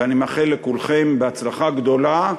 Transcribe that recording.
ואני מאחל לכולכם הצלחה גדולה.